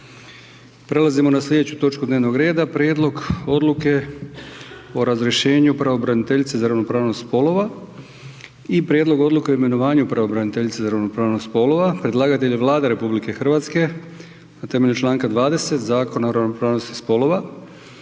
Prelazimo na sljedeću točku dnevno rada: - a) Prijedlog odluke o razrješenju pravobraniteljice za ravnopravnost spolova b) Prijedlog odluke o imenovanju pravobraniteljice za ravnopravnost spolova Predlagatelj je Vlada RH na temelju članka 20. Zakona o ravnopravnosti spolova.